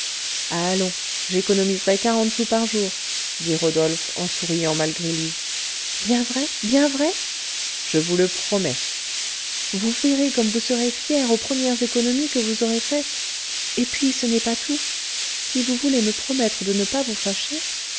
allons j'économiserai quarante sous par jour dit rodolphe en souriant malgré lui bien vrai bien vrai je vous le promets vous verrez comme vous serez fier aux premières économies que vous aurez faites et puis ce n'est pas tout si vous voulez me promettre de ne pas vous fâcher